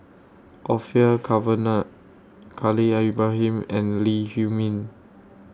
Orfeur Cavenagh Khalil Ibrahim and Lee Huei Min